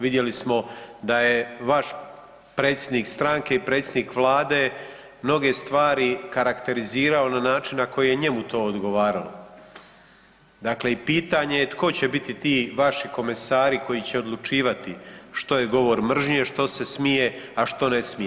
Vidjeli smo da je vaš predsjednik stranke i predsjednik Vlade mnoge stvari karakterizirao na način na koji je njemu to odgovaralo, dakle i pitanje je tko će biti ti vaši komesari koji će odlučivati što je govor mržnje, što se smije, a što ne smije.